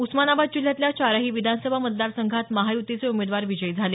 उस्मानाबाद जिल्ह्यातल्या चारही विधानसभा मतदार संघात महायुतीचे उमेदवार विजयी झाले